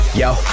yo